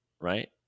right